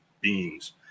beings